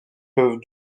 peuvent